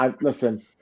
Listen